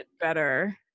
better